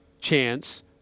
chance